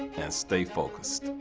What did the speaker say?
and stay focused.